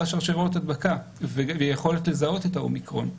שרשראות הדבקה ויכולת לזהות את האומיקרון.